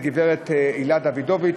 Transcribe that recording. לגברת הילה דוידוביץ.